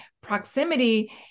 proximity